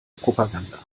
propaganda